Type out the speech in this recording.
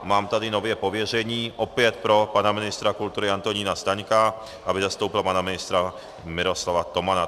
Mám tady nově pověření opět pro pana ministra kultury Antonína Staňka, aby zastoupil pana ministra Miroslava Tomana.